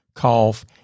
cough